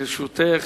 לרשותך